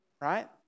right